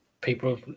people